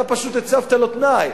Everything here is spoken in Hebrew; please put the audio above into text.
אתה פשוט הצבת לו תנאי,